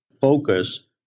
focus